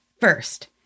First